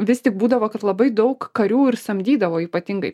vis tik būdavo kad labai daug karių ir samdydavo ypatingai